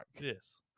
Yes